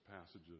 passages